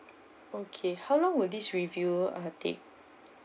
okay how long will this review uh take